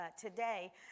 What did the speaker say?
Today